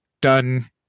done